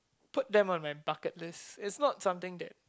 put them on my bucket list it's not something that